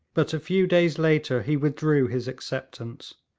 but a few days later he withdrew his acceptance.